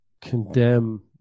condemn